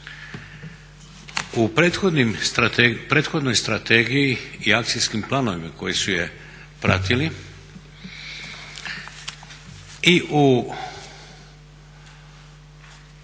U prethodnoj strategiji i akcijskim planovima koji su je pratili i u